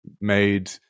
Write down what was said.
made